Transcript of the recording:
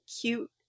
cute